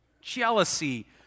Jealousy